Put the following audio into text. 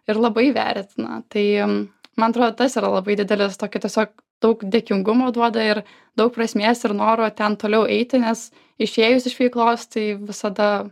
ir labai vertina tai man atrodo tas yra labai didelis tokio tiesiog daug dėkingumo duoda ir daug prasmės ir noro ten toliau eiti nes išėjus iš veiklos tai visada